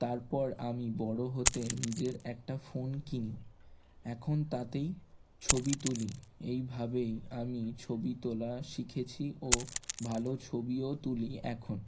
তারপর আমি বড়ো হতে নিজের একটা ফোন কিনি এখন তাতেই ছবি তুলি এইভাবেই আমি ছবি তোলা শিখেছি ও ভালো ছবিও তুলি এখন